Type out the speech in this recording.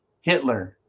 Hitler